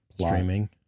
streaming